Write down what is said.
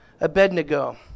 Abednego